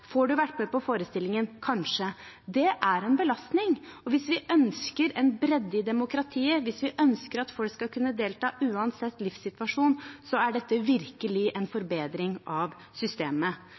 Får du vært med på forestillingen? Kanskje. Det er en belastning, og hvis vi ønsker en bredde i demokratiet, hvis vi ønsker at folk skal kunne delta uansett livssituasjon, er dette virkelig en forbedring av systemet.